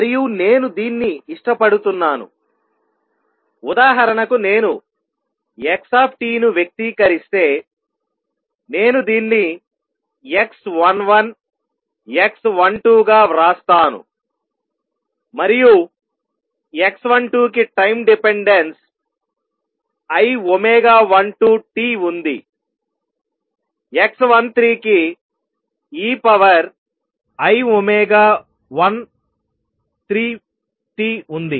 మరియు నేను దీన్ని ఇష్టపడుతున్నానుఉదాహరణకు నేను x ను వ్యక్తీకరిస్తే నేను దీన్ని x 11 x12 గా వ్రాస్తాను మరియు x12 కి టైం డిపెండెన్సు i 12t ఉంది x13 కి ei13t ఉంది